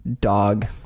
dog